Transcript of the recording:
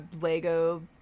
lego